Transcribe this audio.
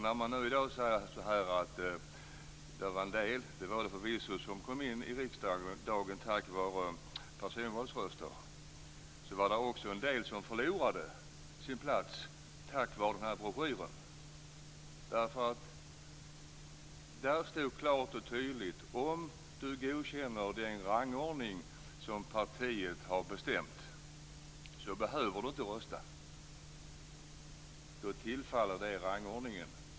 När man säger att det var en del - det var det förvisso - som kom in i riksdagen tack vare personvalsröster, så var det också en del som förlorade sin plats på grund av den här broschyren. Där stod klart och tydligt: Om du godkänner den rangordning som partiet har bestämt så behöver du inte personrösta. Då tillfaller rösten rangordningen.